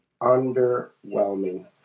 Underwhelming